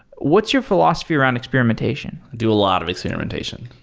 what's your philosophy around experimentation? do a lot of experimentation.